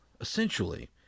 essentially